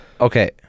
Okay